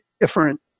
different